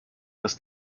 das